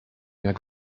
jak